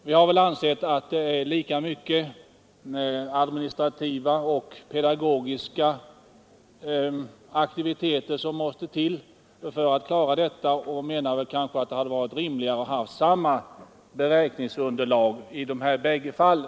Vi anser att det måste till lika mycket av administrativa och pedagogiska aktiviteter i det senare fallet och menar att det hade varit rimligare att tillämpa samma beräkningsunderlag i dessa bägge fall.